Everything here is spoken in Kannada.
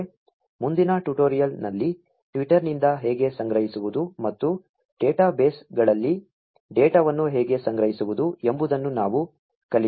ಮುಂದಿನ ಟ್ಯುಟೋರಿಯಲ್ ನಲ್ಲಿ Twitter ನಿಂದ ಹೇಗೆ ಸಂಗ್ರಹಿಸುವುದು ಮತ್ತು ಡೇಟಾಬೇಸ್ಗಳಲ್ಲಿ ಡೇಟಾವನ್ನು ಹೇಗೆ ಸಂಗ್ರಹಿಸುವುದು ಎಂಬುದನ್ನು ನಾವು ಕಲಿಯುತ್ತೇವೆ